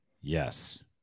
yes